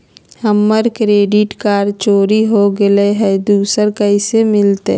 हमर credit card चोरी हो गेलय हई, दुसर कैसे मिलतई?